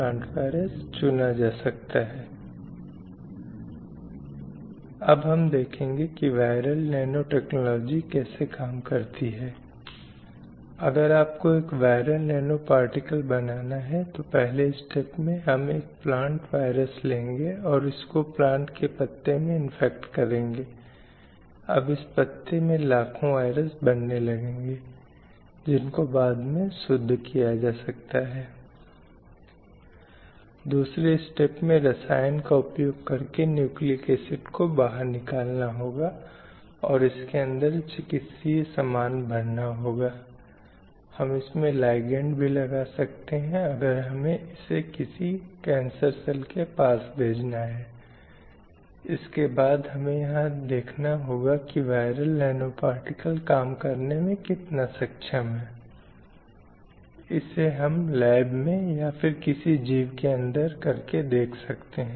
slide समय संदर्भ 1936 इसलिए इस तरह से समाज में लैंगिक समाजीकरण होता है और इसलिए यह इस दिशा में आगे बढ़ता है या यह एक अवधारणा है जिसे हम लिंगवादी रूढ़िबद्ध धारणा कहते हैं यह रूढ़िवादिता है जिसे हम पूरे समय इस के बारे में बता रहे हैं जिसे आप जानते हैं पुरुषों और महिलाओं का एक निश्चित तरीके से वर्गीकरण जिससे कुछ प्रवृत्ति लक्षण और व्यवहारों को केवल महिलाओं के साथ अनुकूल देखे जाते हैं या कुछ प्रवृत्ति लक्षण और व्यवहार केवल पुरुषों के लिए देखे जाते हैं